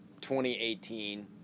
2018